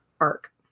arc